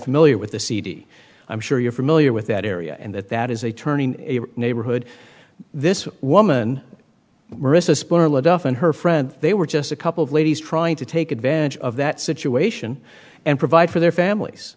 familiar with the cd i'm sure you're familiar with that area and that that is a turning neighborhood this woman and her friend they were just a couple of ladies trying to take advantage of that situation and provide for their families